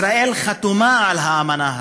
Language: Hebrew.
ישראל חתומה על האמנה הזאת.